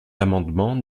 l’amendement